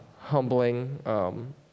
humbling